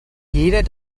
jeder